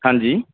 ਹਾਂਜੀ